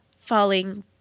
falling